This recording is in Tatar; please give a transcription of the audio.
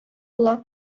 була